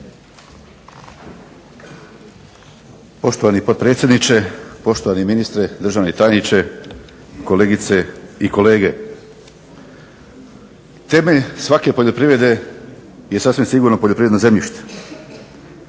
Poštovani potpredsjedniče, poštovani ministre, državni tajniče, kolegice i kolege zastupnici. Temelj svake poljoprivrede je sasvim sigurno poljoprivredno zemljište,